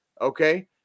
okay